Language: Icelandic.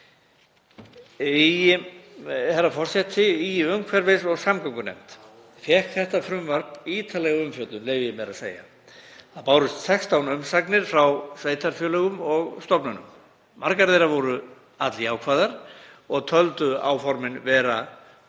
Herra forseti. Í umhverfis- og samgöngunefnd fékk frumvarpið ítarlega umfjöllun, leyfi ég mér að segja. Það bárust 16 umsagnir frá sveitarfélögum og stofnunum. Margar þeirra voru alljákvæðar og töldu áformin vera til